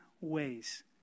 ways